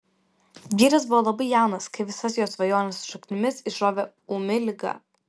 vyras buvo labai jaunas kai visas jo svajones su šaknimis išrovė ūmi liga